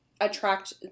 attract